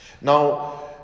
Now